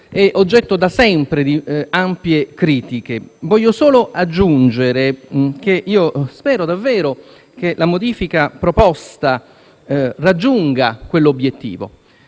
è oggetto da sempre di ampie critiche. Voglio solo aggiungere che spero davvero che la modifica proposta raggiunga quell'obiettivo.